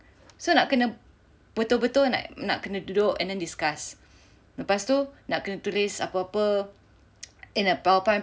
so nak kena betul betul nak kena duduk and then discuss lepas tu nak kena tulis apa apa in a powerpoint